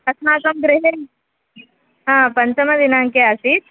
अस्माकं गृहे हा पञ्चमदिनाङ्के आसीत्